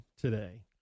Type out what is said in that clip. today